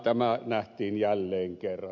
tämä nähtiin jälleen kerran